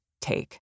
take